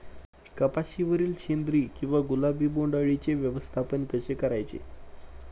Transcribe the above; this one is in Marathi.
कपाशिवरील शेंदरी किंवा गुलाबी बोंडअळीचे व्यवस्थापन कसे करायचे?